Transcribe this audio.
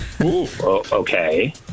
Okay